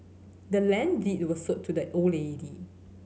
the land deed was sold to the old lady